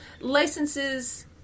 licenses